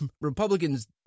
Republicans